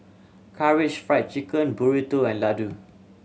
Karaage Fried Chicken Burrito and Ladoo